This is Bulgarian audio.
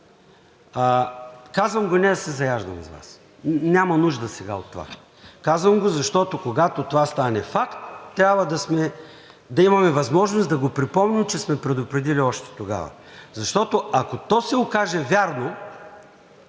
Казвам го не да се заяждам с Вас, няма нужда сега от това. Казвам го, защото, когато това стане факт, трябва да имаме възможност да го припомним, че сме предупредили още тогава. Защото, ако то се окаже вярно,